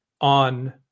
on